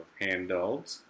handled